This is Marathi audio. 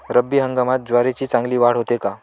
रब्बी हंगामात ज्वारीची चांगली वाढ होते का?